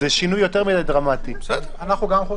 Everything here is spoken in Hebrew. לגבי דיני עבודה